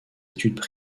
études